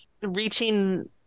reaching